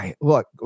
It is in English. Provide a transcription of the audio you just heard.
look